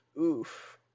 Oof